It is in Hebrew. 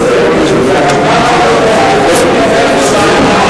היושב-ראש, חבר הכנסת נסים זאב,